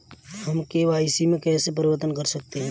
हम के.वाई.सी में कैसे परिवर्तन कर सकते हैं?